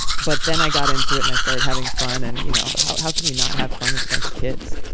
but then i got into it, and i started having fun. and, you know, how how can you not have fun with a bunch of kids?